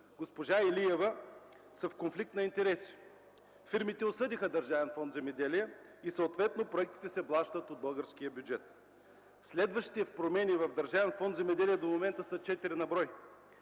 госпожа Илиева са в конфликт на интереси. Фирмите осъдиха Държавен фонд „Земеделие” и съответно проектите се плащат от българския бюджет. Следващите промени в Държавен фонд „Земеделие”, до момента са четири на брой,